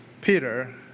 Peter